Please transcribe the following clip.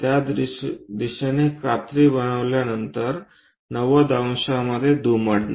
त्या दिशेने कात्री बनवण्यानंतर 90 अंशांमध्ये दुमडणे